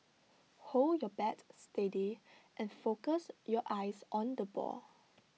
hold your bat steady and focus your eyes on the ball